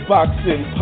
Boxing